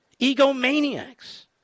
egomaniacs